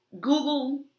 Google